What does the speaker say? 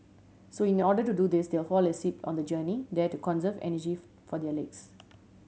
so in order to do this they'll fall asleep on the journey there to conserve energy for their legs